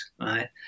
right